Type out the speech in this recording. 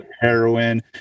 heroin